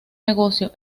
negocio